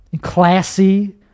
classy